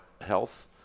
health